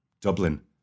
Dublin